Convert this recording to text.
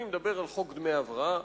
אני מדבר על חוק דמי הבראה,